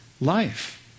life